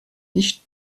nicht